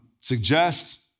suggest